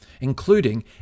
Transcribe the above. including